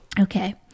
Okay